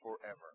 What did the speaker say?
forever